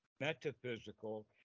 metaphysical